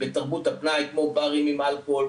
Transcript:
בתרבות הפנאי כמו ברים עם אלכוהול,